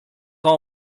all